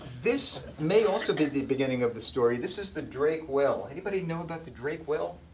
this may also be the beginning of the story. this is the drake well. anybody know about the drake well?